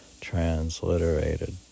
transliterated